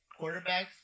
Quarterbacks